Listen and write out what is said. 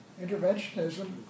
Interventionism